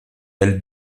elle